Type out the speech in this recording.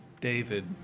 David